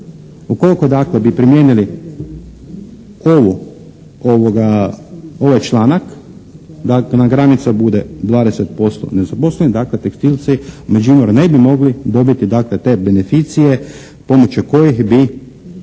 Ukoliko dakle bi primijenili ovaj članak da nam granica bude 20% nezaposlenih. Dakle, tekstilci Međimurja ne bi mogli dobiti dakle te beneficije pomoću kojih bi